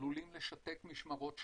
עלולים לשתק משמרות שלמות.